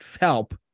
help